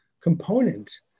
component